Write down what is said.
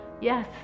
Yes